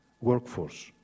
workforce